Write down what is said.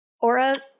aura